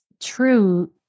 true